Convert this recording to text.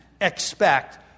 expect